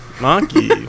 monkey